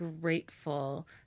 grateful